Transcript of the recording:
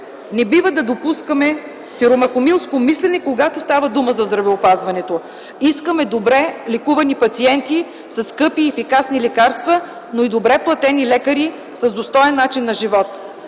Не бива да допускаме сиромахомилско мислене, когато става дума за здравеопазването. Искаме добре лекувани пациенти, със скъпи и ефикасни лекарства, но и добре платени лекари с достоен начин на живот.